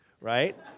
right